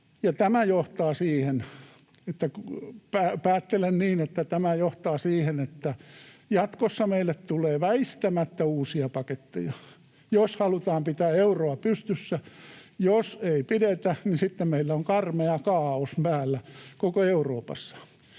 tämä johtaa siihen, että jatkossa meille tulee väistämättä uusia paketteja, jos halutaan pitää euroa pystyssä. Jos ei pidetä, niin sitten meillä on karmea kaaos päällä koko Euroopassa.